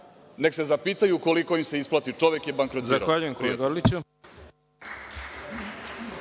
neka se zapitaju koliko im se isplati. Čovek je bankrotirao.